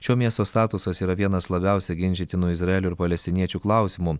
šio miesto statusas yra vienas labiausia ginčytinų izraelio ir palestiniečių klausimų